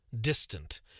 distant